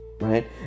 Right